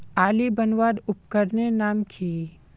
आली बनवार उपकरनेर नाम की?